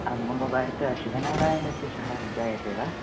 मम वार्ता शिवनारायणस्य सह जायते वा